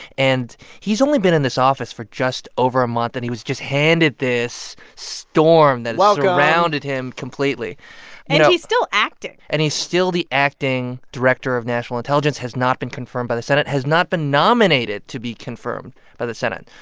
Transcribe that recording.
and he's only been in this office for just over a month, and he was just handed this storm that has. welcome. surrounded him completely and he's still acting and he's still the acting director of national intelligence has not been confirmed by the senate, has not been nominated to be confirmed by the senate.